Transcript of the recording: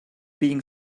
being